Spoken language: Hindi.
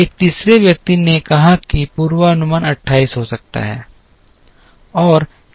एक तीसरे व्यक्ति ने कहा कि पूर्वानुमान 28 हो सकता है